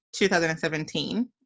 2017